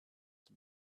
have